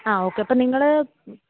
ആ ഓക്കെ അപ്പോൾ നിങ്ങൾ